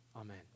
Amen